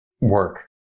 work